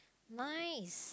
nice